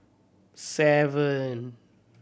seven